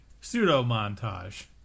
pseudo-montage